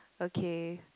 okay